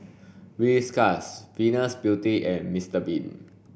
Whiskas Venus Beauty and Mister bean